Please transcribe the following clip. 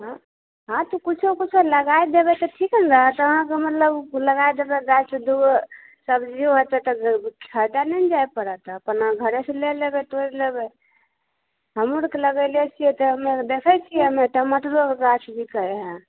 हँ हँ तऽ किछो किछो लगाय देबै तऽ ठीके ने रहत अहाँके मतलब लगाय देबै गाछ दूगो सब्जिओ एतै तऽ खरीदऽ नहि जाए पड़त तब अपना घरे सऽ लै लेबै तोरि लेबै हमहुँ आओर लगैले छियै तऽ हमे देखै छियै हमे टमाटरो गाछ बिकै हइ